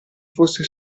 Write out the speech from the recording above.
fosse